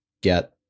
get